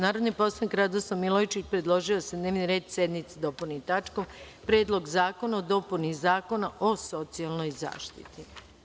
Narodni poslanik Radoslav Milojičić predložio je da se dnevni red sednice dopuni tačkom - Predlog zakona o dopuni Zakona o socijalnoj zaštiti.